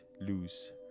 lose